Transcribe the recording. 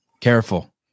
Careful